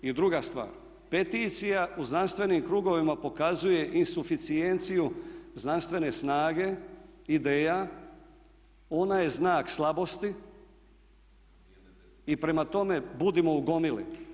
I druga stvar, peticija u znanstvenim krugovima pokazuju insuficijenciju znanstvene snage ideja, ona je znak slabosti i prema tome budimo u gomili.